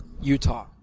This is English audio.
Utah